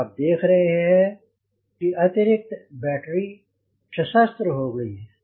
अब आप देख रहे हो कि अतिरिक्त बैटरी सशस्त्र हो गयी है